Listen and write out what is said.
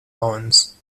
owens